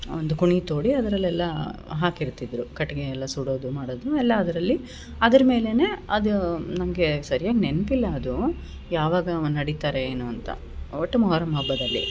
ಒಂದು ಕುಣಿ ತೋಡಿ ಅದರಲ್ಲೆಲ್ಲ ಹಾಕಿರ್ತಿದ್ರು ಕಟ್ಟಿಗೆ ಎಲ್ಲ ಸುಡೋದು ಮಾಡೋದು ಎಲ್ಲ ಅದರಲ್ಲಿ ಅದ್ರ ಮೇಲೆನೇ ಅದು ನಂಗೆ ಸರ್ಯಾಗಿ ನೆನ್ಪು ಇಲ್ಲ ಅದು ಯಾವಾಗವ ನಡೀತಾರೆ ಏನು ಅಂತ ಒಟ್ಟು ಮೊಹರಮ್ ಹಬ್ಬದಲ್ಲಿ